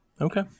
Okay